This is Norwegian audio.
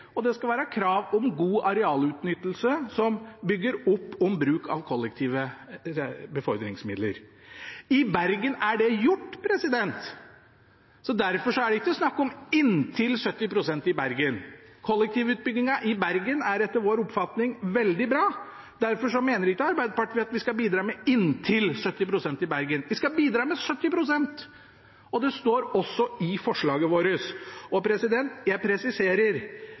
og det skal være krav om god arealutnyttelse som bygger opp under bruk av kollektive befordringsmidler. I Bergen er dette gjort, og derfor er det ikke snakk om «inntil 70 pst.» i Bergen. Kollektivutbyggingen i Bergen er etter vår oppfatning veldig bra, og derfor mener ikke Arbeiderpartiet at vi skal bidra med «inntil 70 pst.» i Bergen. Vi skal bidra med 70 pst. Det står også i forslaget vårt. Og jeg presiserer: